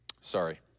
sorry